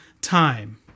time